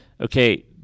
Okay